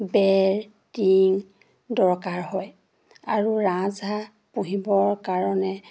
বেৰ টিং দৰকাৰ হয় আৰু ৰাজাহাঁহ পুহিবৰ কাৰণে